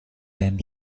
then